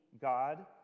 God